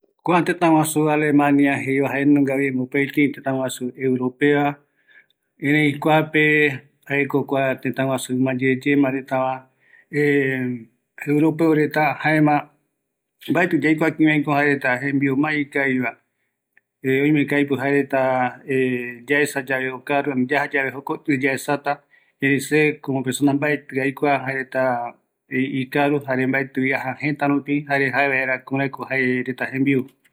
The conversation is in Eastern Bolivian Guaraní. ﻿Kua tétaguasu Alemania jeva, jaenungavi mopeti tëtaguasu europea, erei kuape jaeko tëtaguasu imayeyema retava europeo reta jaema mbaetri yaikua kiraiko jaereta jembiu ma ikaviva oimeko aipo jaereta yaesayave okaru, ani yaja yave jokoti yaesata, erei se komo persona mbaeti aikua jaereta ikaro jare mbaetivi aja jëta rupi, jare jae vaera kuraiko jaereta jembiu